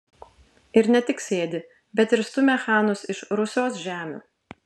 ir ne tik sėdi bet ir stumia chanus iš rusios žemių